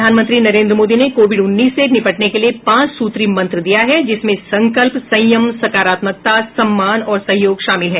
प्रधानमंत्री नरेन्द्र मोदी ने कोविड उन्नीस से निपटने के लिए पांच सूत्री मंत्र दिया है जिसमें संकल्प संयम सकारात्मकता सम्मान और सहयोग शामिल है